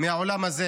מהעולם הזה.